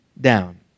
down